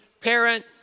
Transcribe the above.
parent